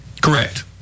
Correct